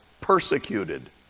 persecuted